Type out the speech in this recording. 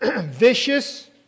Vicious